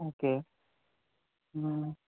okay